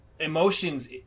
Emotions